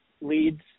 leads